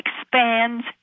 expands